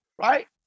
right